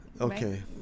Okay